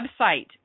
website